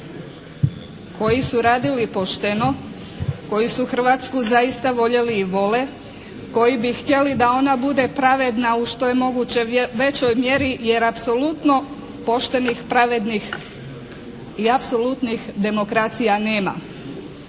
koji su radili pošteno, koji su Hrvatsku zaista voljeli i vole, koji bi htjeli da ona bude pravedna u što je moguće većoj mjeri jer apsolutno poštenih, pravednih i apsolutnih demokracija nema.